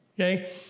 Okay